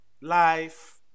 life